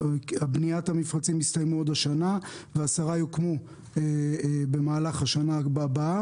בניית המפרצים הסתיימה עוד השנה ו-10 יוקמו במהלך השנה הבאה.